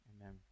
Amen